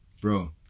Bro